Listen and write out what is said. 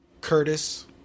Curtis